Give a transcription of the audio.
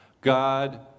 God